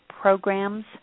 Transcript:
programs